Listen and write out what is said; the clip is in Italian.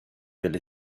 delle